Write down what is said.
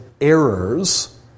errors